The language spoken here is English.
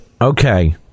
Okay